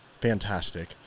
Fantastic